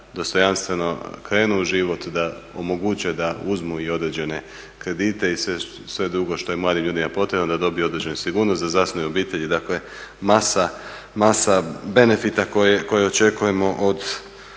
da dostojanstveno krenu u život, da omoguće da uzmu i određene kredite i sve drugo što je mladim ljudima potrebno da dobiju određenu sigurnost, da zasnuju obitelj i dakle masa benefita koje očekujemo od